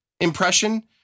impression